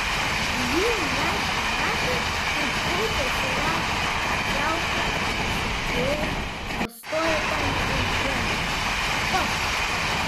ji netgi matė kaip kaupiasi lašas ant čiaupo sunkėja pastoja ten ir krenta papt